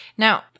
Now